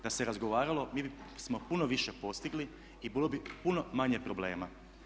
Da se razgovaralo mi bismo puno više postigli i bilo bi puno manje problema.